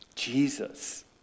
Jesus